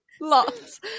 lots